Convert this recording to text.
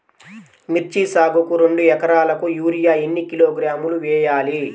మిర్చి సాగుకు రెండు ఏకరాలకు యూరియా ఏన్ని కిలోగ్రాములు వేయాలి?